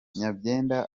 nyabyenda